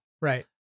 right